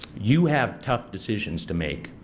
you have tough decisions to make.